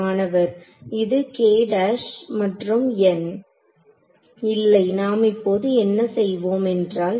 மாணவர் இது மற்றும் இல்லை நாம் இப்போது என்ன செய்வோம் என்றால்